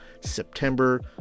september